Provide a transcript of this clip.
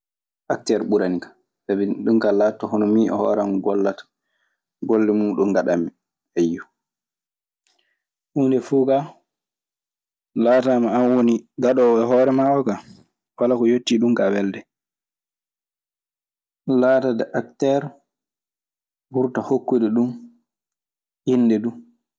Acter ɓurani kan sabi ɗun kaa laatooto hono min e hoore an gollata. Golle muuɗun ngaɗammi. Huunde fuu kaa laataama aan woni gaɗoowo e hooore maa oo kaa. Walaa ko yettii ɗun kaa welde. Laataade acteer ɓurta hokkude ɗun innde du.